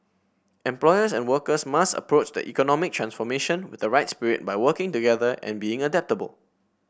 employers and workers must approach the economic transformation with the right spirit by working together and being adaptable